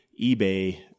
eBay